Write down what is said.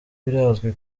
birazwi